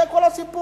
זה כל הסיפור.